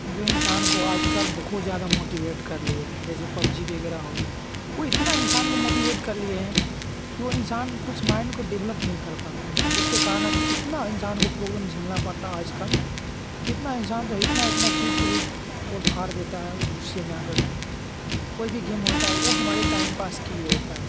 जो इंसान को आजकल बहुत ज़्यादा मोटिवेट कर लिए हैं जैसे पबजी वगैरह हो गया वो इतना इंसान को मोटिवेट कर लिए की वो इंसान कुछ माइंड को डेवलप नहीं कर पाता है जिसके कारण इतना इंसान को प्रॉब्लम झेलना पड़ता आजकल कितना इंसान तो इतना इतना चीज को भी तोड़ फाड़ देता है गुस्से में आकर के कोई भी गेम होता है वो हमारे टाइम पास के लिए होता है